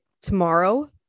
Tomorrow